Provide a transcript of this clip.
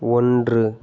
ஒன்று